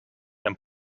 and